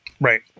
Right